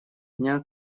дня